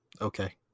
Okay